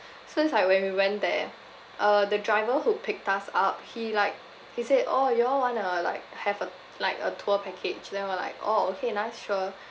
so it's like when we went there uh the driver who picked us up he like he said oh you all want to like have a like a tour package then we're like oh okay nice sure